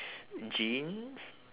jeans